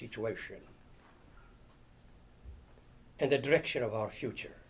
situation and the direction of our future